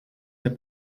der